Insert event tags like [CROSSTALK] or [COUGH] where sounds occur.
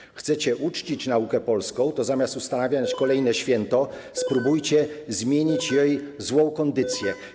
Jeśli chcecie uczcić naukę polską, to zamiast ustanawiać [NOISE] kolejne święto, spróbujcie zmienić jej złą kondycję.